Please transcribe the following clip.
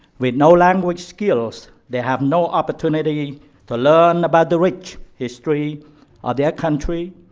with no language skills, they have no opportunity to learn about the rich history of their country,